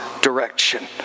direction